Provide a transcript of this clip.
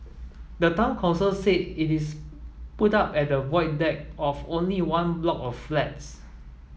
the town council say it is put up at the Void Deck of only one block of flats